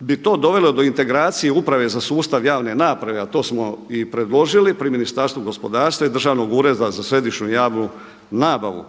bi to dovelo do integracije Uprave za sustav javne nabave a to smo i predložili pri Ministarstvu gospodarstva i Državnog ureda za središnju javnu nabavu.